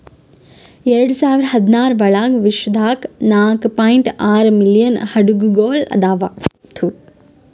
ಎರಡು ಸಾವಿರ ಹದಿನಾರರ ಒಳಗ್ ವಿಶ್ವದಾಗ್ ನಾಲ್ಕೂ ಪಾಯಿಂಟ್ ಆರೂ ಮಿಲಿಯನ್ ಹಡಗುಗೊಳ್ ಅವಾ